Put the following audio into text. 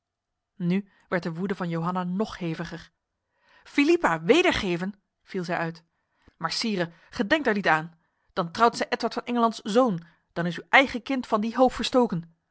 nu werd de woede van johanna nog heviger philippa wedergeven viel zij uit maar sire gij denkt er niet aan dan trouwt zij edward van engelands zoon dan is uw eigen kind van die hoop verstoken